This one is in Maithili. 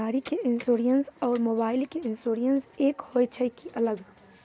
गाड़ी के इंश्योरेंस और मोबाइल के इंश्योरेंस एक होय छै कि अलग?